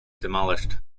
demolished